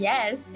Yes